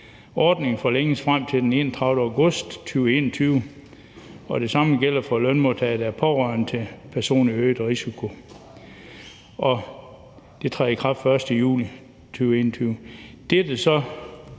Ordningen forlænges frem til den 31. august 2021, og det samme gælder for lønmodtagere, der er pårørende til personer i øget risiko. Det træder i kraft den 1. juli 2021.